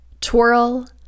Twirl